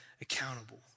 accountable